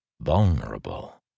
vulnerable